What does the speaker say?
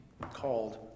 called